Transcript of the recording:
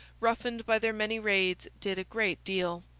roughened by their many raids, did a great deal.